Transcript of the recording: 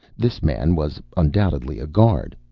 this man was undoubtedly a guard.